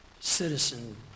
citizen